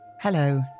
Hello